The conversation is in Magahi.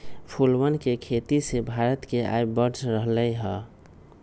फूलवन के खेती से भारत के आय बढ़ रहले है